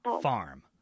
Farm